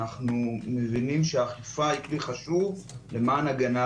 אנחנו מבינים שאכיפה היא כלי חשוב למען הגנת